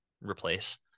replace